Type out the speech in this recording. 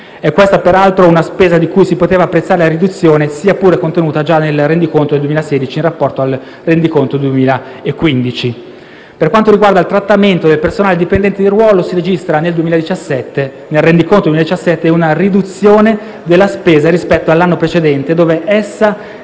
È questa, peraltro, una spesa di cui si poteva apprezzare la riduzione, sia pure contenuta già nel rendiconto 2016, in rapporto al rendiconto 2015. Per quanto riguarda il trattamento del personale dipendente di ruolo, nel rendiconto 2017 si registra una riduzione della spesa rispetto all'anno precedente, dove essa